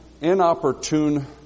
inopportune